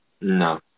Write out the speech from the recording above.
No